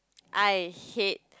I hate